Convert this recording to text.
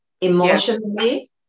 emotionally